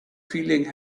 feeling